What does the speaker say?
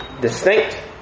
distinct